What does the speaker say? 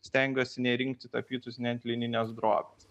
stengiuosi nerinkti tapytus net lininės drobės